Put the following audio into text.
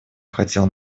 хотел